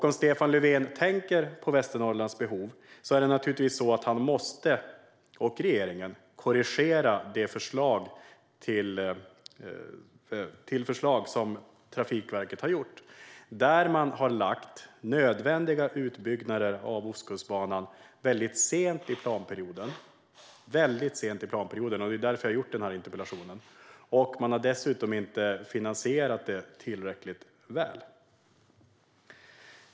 Om Stefan Löfven tänker på Västernorrlands behov måste han och regeringen korrigera Trafikverkets förslag, där nödvändiga utbyggnader av Ostkustbanan har lagts väldigt sent i planperioden. Det är därför jag har ställt denna interpellation. Man har dessutom inte finansierat dem tillräckligt.